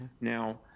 Now